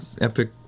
epic